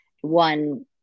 one